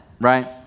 right